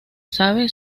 sabe